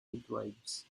midwives